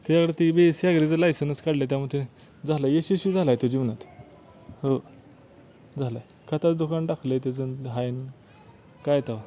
त्याच्या वरती बेसी अॅगरीचं लायसनच काढलं आहे त्यामुळं ते यशस्वी झाला आहे तो जीवनात हो झालं आहे खताचं दुकान टाकलं आहे त्याच्यानं हाय काय तेव्हा